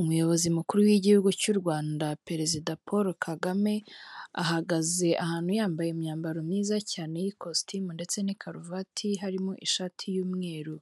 Umuyobozi mukuru w'igihugu cy'u Rwanda perezida Paul Kagame, ahagaze ahantu yambaye imyambaro myiza cyane y'ikositimu ndetse n'i karuvati harimo ishati y'umweru,